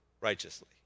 righteously